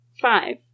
five